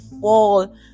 fall